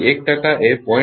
તેથી 1 ટકા એ 0